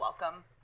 welcome